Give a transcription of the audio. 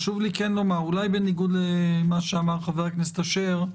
חשוב לי כן לומר: אולי בניגוד למה שאמר חבר הכנסת אשר,